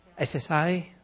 SSI